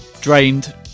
Drained